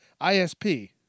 ISP